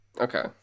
Okay